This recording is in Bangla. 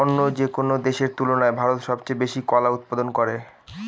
অন্য যেকোনো দেশের তুলনায় ভারত সবচেয়ে বেশি কলা উৎপাদন করে